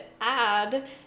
add